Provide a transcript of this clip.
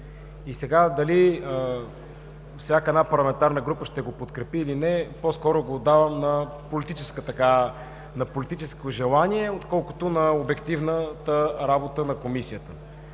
избрана. Дали всяка една парламентарна група ще го подкрепи, или не – по-скоро го отдавам на политическо желание, отколкото на обективната работа на Комисията.